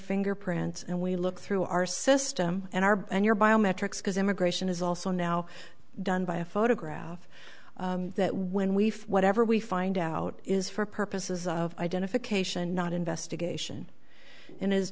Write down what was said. fingerprints and we look through our system and our and your biometrics because immigration is also now done by a photograph that when we for whatever we find out is for purposes of identification not investigation in is